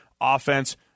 offense